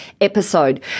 episode